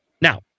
Now